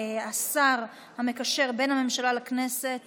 השר המקשר בין הממשלה לכנסת